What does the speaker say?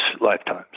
lifetimes